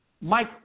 Mike